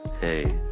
Hey